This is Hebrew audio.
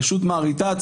שו"ת מהריט"ץ,